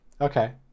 Okay